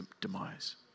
demise